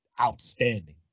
outstanding